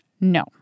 No